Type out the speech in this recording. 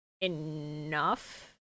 enough